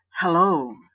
Hello